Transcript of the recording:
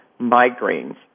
migraines